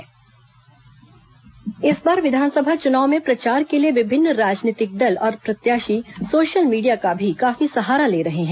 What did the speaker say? social media इस बार विधानसभा चुनाव में प्रचार के लिए विभिन्न राजनीतिक दल और प्रत्याशी सोशल मीडिया का भी काफी सहारा ले रहे हैं